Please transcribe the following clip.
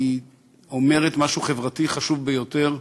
אומרת משהו חברתי חשוב ביותר: